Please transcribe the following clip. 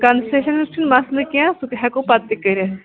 concessions چھُنہٕ مَسلہٕ کینٛہہ سُہ ہٮ۪کو پَتہٕ تہِ کٔرِتھ